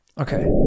Okay